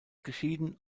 geschieden